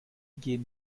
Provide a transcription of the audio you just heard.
gehen